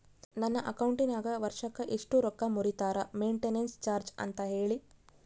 ನನ್ನ ಅಕೌಂಟಿನಾಗ ವರ್ಷಕ್ಕ ಎಷ್ಟು ರೊಕ್ಕ ಮುರಿತಾರ ಮೆಂಟೇನೆನ್ಸ್ ಚಾರ್ಜ್ ಅಂತ ಹೇಳಿ?